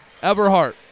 Everhart